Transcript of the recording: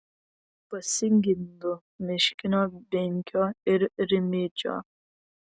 pasigendu miškinio binkio ir rimydžio